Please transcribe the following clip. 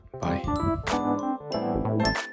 Bye